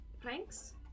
pranks